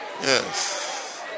yes